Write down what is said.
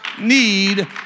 need